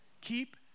Keep